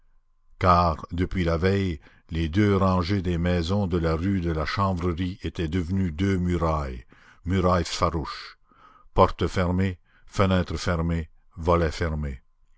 car depuis la veille les deux rangées de maisons de la rue de la chanvrerie étaient devenues deux murailles murailles farouches portes fermées fenêtres fermées volets fermés